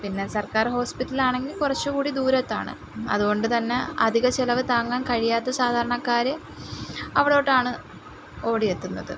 പിന്നെ സർക്കാർ ഹോസ്പിറ്റലാണെങ്കിൽ കുറച്ചുകൂടി ദൂരത്താണ് അതുകൊണ്ട് തന്നെ അധിക ചിലവ് താങ്ങാൻ കഴിയാത്ത സാധാരണക്കാർ അവിടോട്ടാണ് ഓടിയെത്തുന്നത്